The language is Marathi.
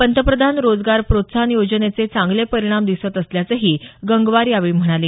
पंतप्रधान रोजगार प्रोत्साहन योजनेचे चांगले परिणाम दिसत असल्याचंही गंगवार यावेळी म्हणाले